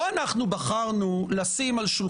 ואני קורא מכאן לפרקליטות המדינה לשקול את